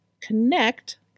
connect